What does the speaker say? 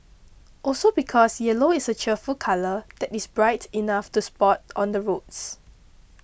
also because yellow is a cheerful colour that is bright enough to spot on the roads